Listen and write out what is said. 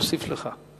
נוסיף לך.